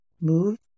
move